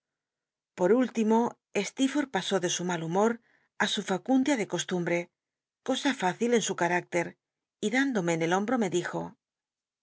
or último steerforth pasú de su mal humot i su facmclia de costumbre cosa rücil en su c t'lietc y chindome en el hombro me dijo